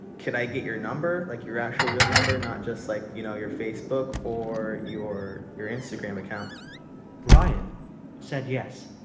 could i get your number? like, your actual, real number, not just, like, you know, your facebook or your your instagram account ryan said yes.